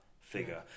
figure